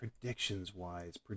Predictions-wise